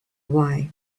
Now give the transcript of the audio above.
wii